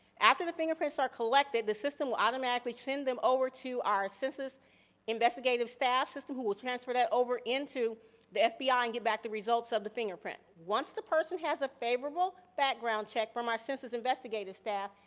after the fingerprints are collected, the system will automatically send them over to our census investigative staff who will transfer that over into the fbi ah and get back the results of the fingerprint. once the person has a favorable background check from our census investigator staff,